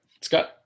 Scott